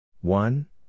One